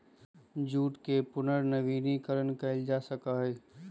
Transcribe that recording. jute के पुनर्नवीनीकरण कइल जा सका हई